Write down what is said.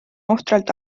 ohtralt